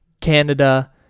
Canada